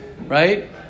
right